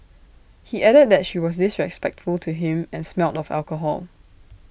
he added that she was disrespectful to him and smelled of alcohol